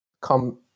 come